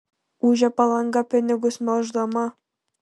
ūžia palanga pinigus melždama